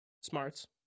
smarts